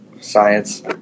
Science